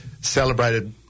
celebrated